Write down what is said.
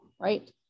Right